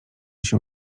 się